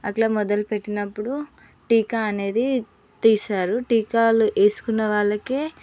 అలా మొదలు పెట్టినప్పుడు టీకా అనేది తీశారు టీకాలు వేసుకున్న వాళ్ళకే